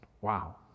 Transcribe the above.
Wow